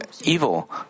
evil